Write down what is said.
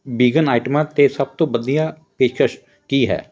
vegan ਆਈਟਮਾਂ 'ਤੇ ਸਭ ਤੋਂ ਵਧੀਆ ਪੇਸ਼ਕਸ਼ ਕੀ ਹੈ